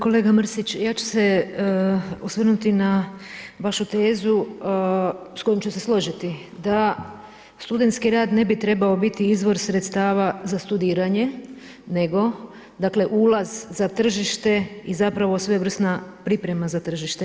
Kolega Mrsić, ja ću se osvrnuti na vašu tezu s kojom ću se složiti da studentski rad ne bi trebao biti izvor sredstava za studiranje nego, dakle ulaz za tržište i zapravo svojevrsna priprema za tržište.